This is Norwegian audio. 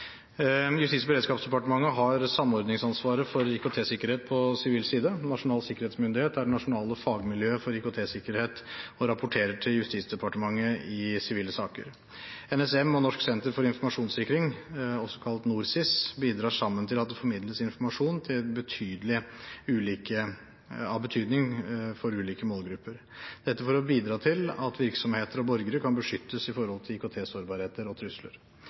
Justis- og beredskapsdepartementet har samordningsansvaret for IKT-sikkerhet på sivil side. Nasjonal sikkerhetsmyndighet er det nasjonale fagmiljøet for IKT-sikkerhet og rapporterer til Justisdepartementet i sivile saker. NSM og Norsk senter for informasjonssikring, også kalt NorSIS, bidrar sammen til at det formidles informasjon av betydning for ulike målgrupper, dette for å bidra til at virksomheter og borgere kan beskyttes mot IKT-sårbarheter og trusler. NSM og